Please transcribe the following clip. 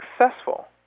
successful